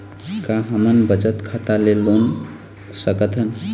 का हमन बचत खाता ले लोन सकथन?